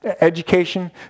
education